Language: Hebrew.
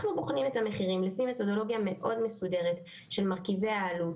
אנחנו בוחנים את המחירים לפי מתודולוגיה מאוד מסודרת של מרכיבי העלות,